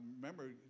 remember